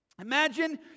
Imagine